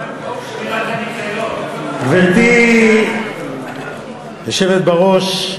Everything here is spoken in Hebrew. גברתי היושבת בראש,